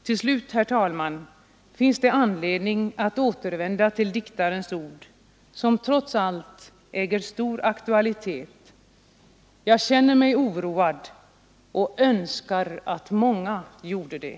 Till slut, herr talman, finns det anledning att återvända till diktarens ord, som trots allt äger stor aktualitet: ”Jag känner mig oroad och önskar att många gjorde det.”